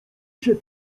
się